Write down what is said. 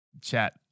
chat